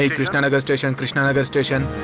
ah krishna nagar station, krishna nagar station,